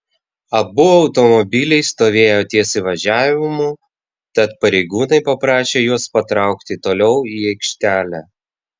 abu automobiliai stovėjo ties įvažiavimu tad pareigūnai paprašė juos patraukti toliau į aikštelę